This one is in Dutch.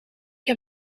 heb